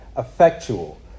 effectual